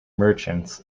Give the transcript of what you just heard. merchants